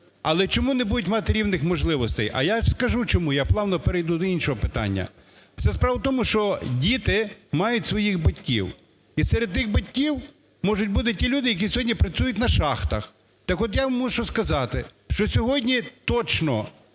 Але чому не будуть мати рівних можливостей? А я скажу чому. Я плавно перейду до іншого питання. Вся справа в тому, що діти мають своїх батьків. І серед тих батьків можуть бути ті люди, які сьогодні працюють на шахтах. Так от, я вам мушу сказати, що сьогодні точно